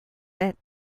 that